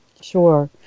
Sure